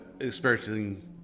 experiencing